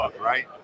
right